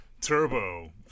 Turbo